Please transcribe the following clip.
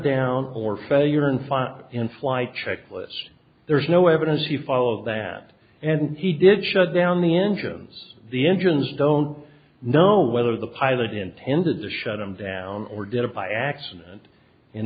down or failure in final in flight checklist there is no evidence he followed that and he did shut down the engines the engines don't know whether the pilot intended to shut them down or did it by accident in